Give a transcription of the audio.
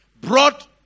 brought